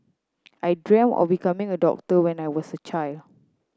I dreamt of becoming a doctor when I was a child